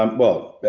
um well,